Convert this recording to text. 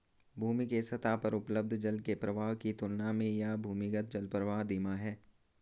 भूमि के सतह पर उपलब्ध जल के प्रवाह की तुलना में यह भूमिगत जलप्रवाह धीमा है